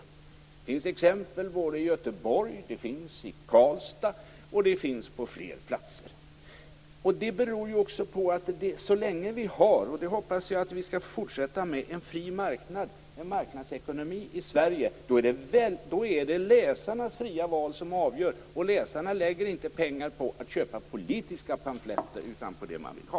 Det finns exempel på detta i Göteborg, Karlstad och fler platser. Det beror på att så länge vi har en fri marknad, en marknadsekonomi, i Sverige - och det hoppas jag att vi skall fortsätta ha - är det läsarnas fria val som avgör, och läsarna lägger inte pengar på att köpa politiska pamfletter utan på det man vill ha.